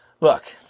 Look